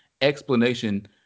explanation